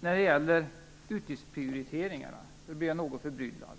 När det gäller utgiftsprioriteringarna blir jag något förbryllad.